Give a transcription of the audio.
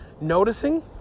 noticing